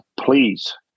please